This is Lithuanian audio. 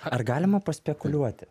ar galima paspekuliuoti